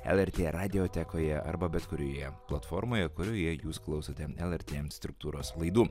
lrt radiotekoje arba bet kurioje platformoje kurioje jūs klausote lrt struktūros laidų